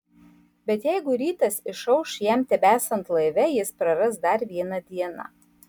bet jeigu rytas išauš jam tebesant laive jis praras dar vieną dieną